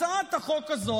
הצעת החוק הזאת,